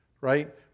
right